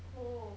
oh